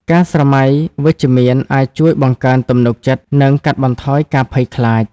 ការស្រមៃវិជ្ជមានអាចជួយបង្កើនទំនុកចិត្ត និងកាត់បន្ថយការភ័យខ្លាច។